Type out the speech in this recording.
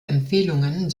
empfehlungen